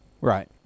Right